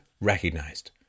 recognized